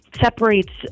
separates